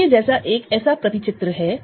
इसके जैसा एक ऐसा मैप है